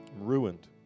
ruined